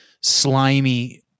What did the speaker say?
slimy